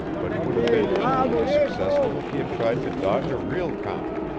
but he would have been equally as successful if he had tried to dodge a real comet.